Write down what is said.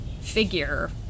figure